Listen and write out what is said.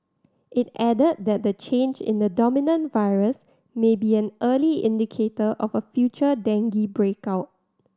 it added that the change in the dominant virus may be an early indicator of a future dengue break out